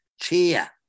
cheer